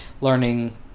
learning